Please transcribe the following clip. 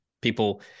People